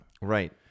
Right